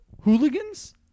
hooligans